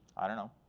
i don't know.